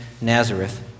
Nazareth